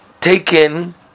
taken